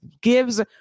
gives